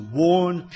warn